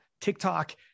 TikTok